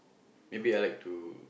maybe I like to